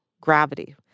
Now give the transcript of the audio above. Gravity